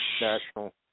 National